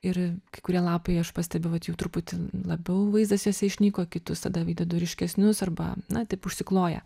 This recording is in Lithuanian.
ir kai kurie lapai aš pastebiu vat jau truputį labiau vaizdas juose išnyko kitus tada įdedu ryškesnius arba na taip užsikloja